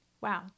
Wow